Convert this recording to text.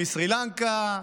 מסרי לנקה,